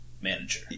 manager